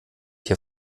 hier